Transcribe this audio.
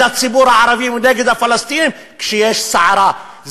הציבור הערבי ונגד הפלסטינים כשיש סערה.